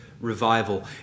revival